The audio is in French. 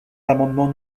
l’amendement